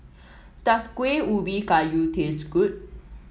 does Kuih Ubi Kayu taste good